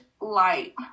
light